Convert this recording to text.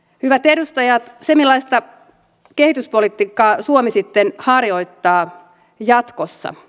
hyvät edustajat millaista kehityspolitiikkaa suomi sitten harjoittaa jatkossa